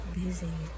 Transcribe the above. busy